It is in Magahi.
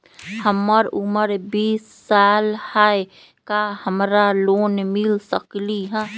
हमर उमर बीस साल हाय का हमरा लोन मिल सकली ह?